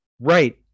Right